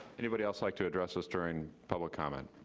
anybody else like to address us during public comment?